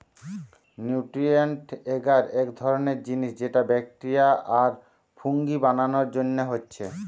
nutrient এগার এক ধরণের জিনিস যেটা ব্যাকটেরিয়া আর ফুঙ্গি বানানার জন্যে হচ্ছে